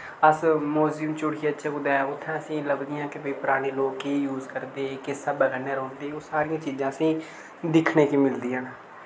अस मोजेम च उठी आचे कुतै उत्थे असेंई लभदियां के भाई पराने लोक केह् यूस करदे हे किस स्हाबे कन्नै रौंह्नदे हे ओह् सारियां चीजां असें दिक्खने गी मिलदियां न